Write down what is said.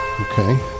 okay